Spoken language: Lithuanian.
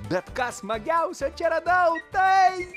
bet kas smagiausia čia radau tai